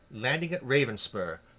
landing at ravenspur,